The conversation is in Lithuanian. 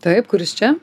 taip kuris čia